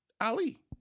Ali